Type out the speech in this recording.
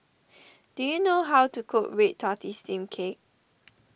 do you know how to cook Red Tortoise Steamed Cake